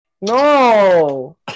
No